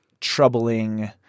Troubling